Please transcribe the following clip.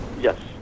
Yes